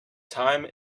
time